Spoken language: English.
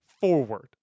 forward